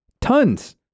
Tons